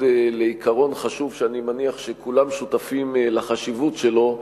לעיקרון חשוב שאני מניח שכולם שותפים לו,